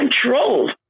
control